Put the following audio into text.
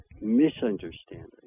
misunderstanding